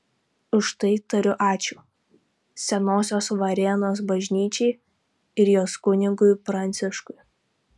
už tai tariu ačiū senosios varėnos bažnyčiai ir jos kunigui pranciškui